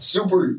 Super